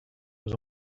was